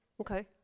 Okay